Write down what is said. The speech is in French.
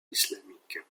islamique